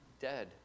dead